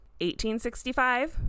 1865